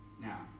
Now